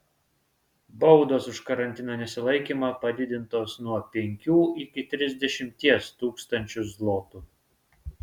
baudos už karantino nesilaikymą padidintos nuo penkių iki trisdešimties tūkstančių zlotų